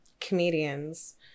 comedians